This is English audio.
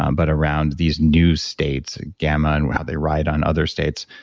um but around these new states, gamma and how they ride on other states,